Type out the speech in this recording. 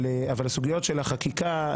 אבל הסוגיות של החקיקה,